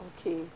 Okay